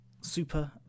Super